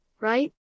right